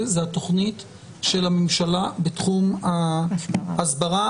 הוא התוכנית של הממשלה בתחום הסברה.